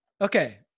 Okay